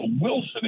Wilson